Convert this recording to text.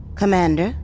commander,